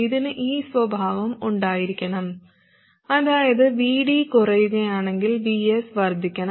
ഇതിന് ഈ സ്വഭാവം ഉണ്ടായിരിക്കണം അതായത് VD കുറയുകയാണെങ്കിൽ VS വർദ്ധിക്കണം